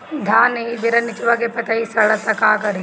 धान एही बेरा निचवा के पतयी सड़ता का करी?